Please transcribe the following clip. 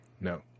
No